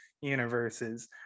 universes